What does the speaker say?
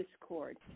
discord